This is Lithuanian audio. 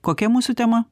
kokia mūsų tema